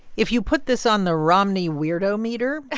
if you put this on the romney weirdo-meter.